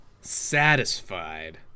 satisfied